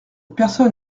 personne